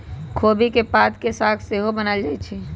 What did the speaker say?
खोबि के पात के साग सेहो बनायल जाइ छइ